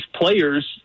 players